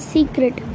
Secret